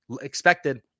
Expected